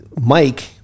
Mike